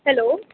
hello